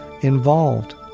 involved